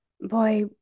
boy